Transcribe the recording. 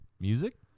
music